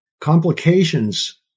Complications